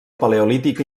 paleolític